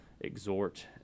exhort